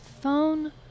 phone